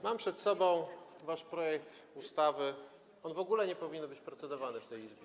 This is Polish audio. Mam przed sobą wasz projekt ustawy, on w ogóle nie powinien być procedowany w tej Izbie.